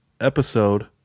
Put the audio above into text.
episode